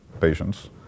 patients